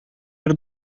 бер